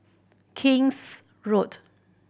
King's Road